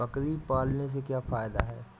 बकरी पालने से क्या फायदा है?